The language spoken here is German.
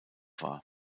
war